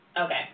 Okay